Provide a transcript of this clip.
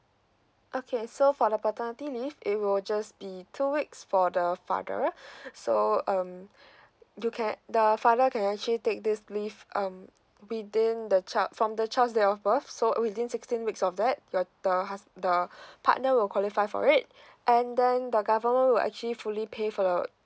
okay so for the paternity leave it will just be two weeks for the father so um you can the father can actually take this leave um within the child from the child's date of birth so within sixteen weeks of that your the hus~ the partner will qualify for it and then the government will actually fully pay for your